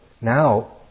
Now